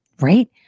right